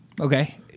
Okay